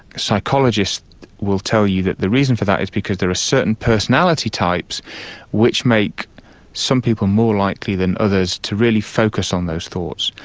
psychologists will tell you that the reason for that is because there are certain personality types which make some people more likely than others to really focus on those thoughts.